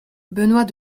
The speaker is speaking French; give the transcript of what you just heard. benoît